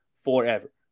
forever